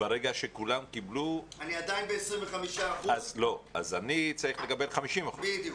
ברגע שכולם קיבלו אני צריך לקבל 50%. בדיוק,